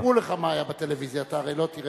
סיפרו לך מה היה בטלוויזיה, אתה הרי לא תראה.